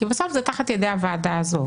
כי בסך הכול זה תחת ידי הוועדה הזאת